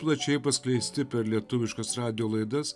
plačiai paskleisti per lietuviškas radijo laidas